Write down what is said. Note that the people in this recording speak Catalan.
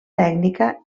tècnica